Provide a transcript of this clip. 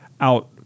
out